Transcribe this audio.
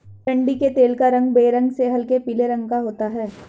अरंडी के तेल का रंग बेरंग से हल्के पीले रंग का होता है